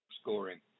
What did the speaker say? scoring